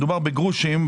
מדובר בגרושים.